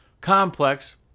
complex